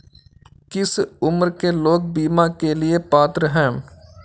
किस उम्र के लोग बीमा के लिए पात्र हैं?